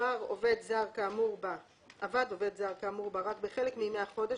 עבד עובד זר כאמור בה רק בחלק מימי החודש,